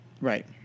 Right